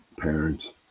parents